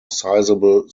sizable